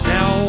Now